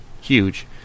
Huge